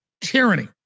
tyranny